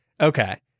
okay